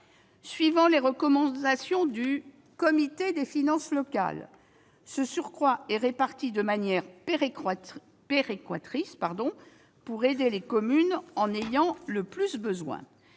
Suivant les recommandations du Comité des finances locales, ce surcroît est réparti de manière péréquatrice pour aider les communes qui en ont le plus besoin.